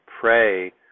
pray